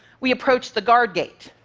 we approach the guard gate.